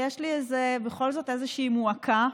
ויש לי בכל זאת איזושהי מועקה.